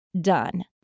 done